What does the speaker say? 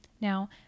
Now